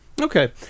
Okay